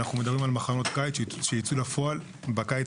אנו מדברים על מחנות קיץ שייצאו לפועל מהקיץ